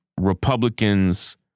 Republicans